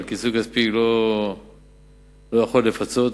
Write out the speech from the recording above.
אבל פיצוי כספי לא יכול לפצות.